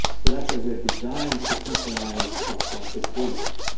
so that's why we are designed to synchronize our clock with blue light